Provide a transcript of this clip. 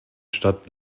stadt